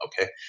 Okay